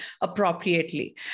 appropriately